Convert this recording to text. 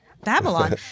Babylon